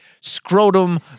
Scrotum